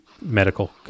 medical